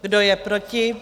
Kdo je proti?